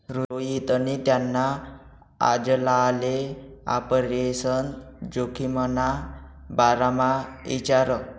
रोहितनी त्याना आजलाले आपरेशन जोखिमना बारामा इचारं